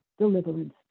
deliverance